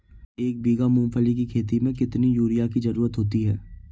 एक बीघा मूंगफली की खेती में कितनी यूरिया की ज़रुरत होती है?